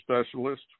specialist